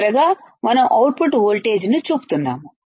చివరగా మనం అవుట్పుట్ వోల్టేజ్ను చూపుతున్నాము